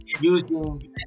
using